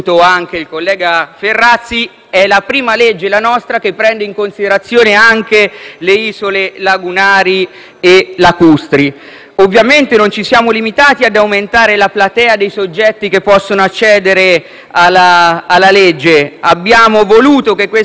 è la prima legge che prende in considerazione anche le isole lagunari e lacustri. Ovviamente, non ci siamo limitati ad aumentare la platea dei soggetti che possono accedere alla legge; abbiamo voluto che la legge non fosse di mero